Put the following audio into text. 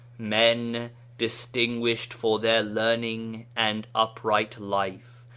men distinguished for their learning and upright life,